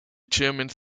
germans